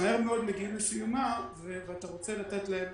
ומהר מאוד מגיעים לסיומה ואתה רוצה לתת להם